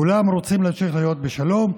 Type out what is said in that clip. כולם רוצים להמשיך לחיות בשלום,